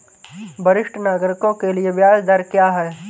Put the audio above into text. वरिष्ठ नागरिकों के लिए ब्याज दर क्या हैं?